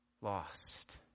lost